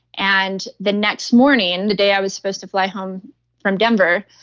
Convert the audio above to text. and the next morning, the day i was supposed to fly home from denver,